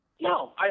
No